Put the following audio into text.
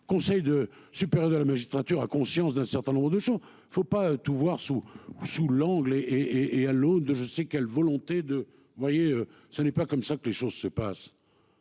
Conseil de supérieur de la magistrature a conscience d'un certain nombre de gens, il ne faut pas tout voir sous sous l'angle et et à l'eau de je sais quelle volonté de vous voyez, ça n'est pas comme ça que les choses se passent.